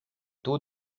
taux